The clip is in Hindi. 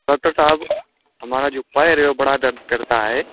डौकटर साहब हमारा जो पैर है वह बडा दर्द करता है